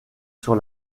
sur